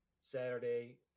saturday